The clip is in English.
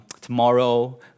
tomorrow